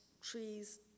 trees